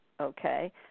okay